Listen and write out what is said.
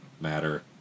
matter